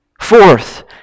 Fourth